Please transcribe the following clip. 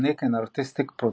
Unique and Artistic Production".